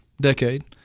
Decade